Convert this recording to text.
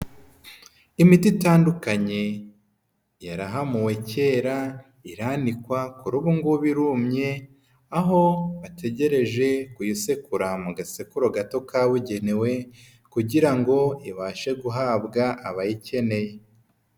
Imiti itandukanye yarahamuwe kera iranikwa kuri ubu ngubu irumye, aho bategereje kuyisekura mu gasekuru gato kabugenewe, kugira ngo ibashe guhabwa abayikeneye.